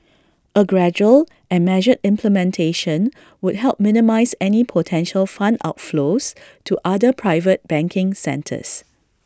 A gradual and measured implementation would help minimise any potential fund outflows to other private banking centres